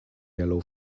yellow